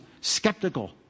skeptical